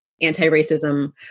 anti-racism